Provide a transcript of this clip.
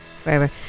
forever